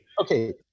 Okay